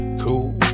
Cool